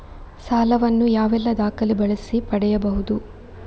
ಸಾಲ ವನ್ನು ಯಾವೆಲ್ಲ ದಾಖಲೆ ಬಳಸಿ ಪಡೆಯಬಹುದು?